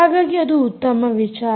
ಹಾಗಾಗಿ ಅದು ಉತ್ತಮ ವಿಚಾರ